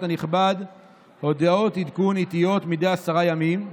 הנכבד הודעות עדכון עיתיות מדי עשרה ימים,